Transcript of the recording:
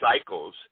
cycles